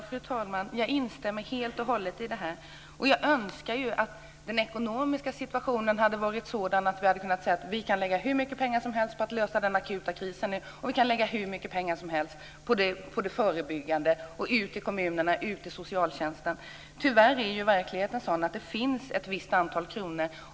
Fru talman! Jag instämmer helt och hållet i det. Jag önskar att den ekonomiska situationen hade varit sådan att vi hade kunnat lägga hur mycket pengar som helst på att lösa den akuta krisen och hur mycket pengar som helst på det förebyggande arbetet ute i kommunernas socialtjänster. Tyvärr är ju verkligheten sådan att det bara finns ett visst antal kronor.